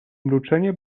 mruczenie